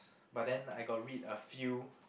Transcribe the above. but then I got read a few